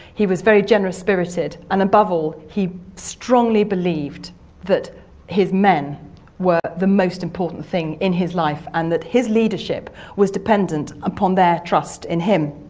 he was very generous-spirited, and above all he strongly believed that his men were the most important thing in his life and that his leadership was dependent upon their trust in him.